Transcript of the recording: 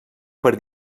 per